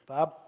Bob